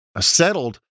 settled